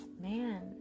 man